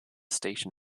station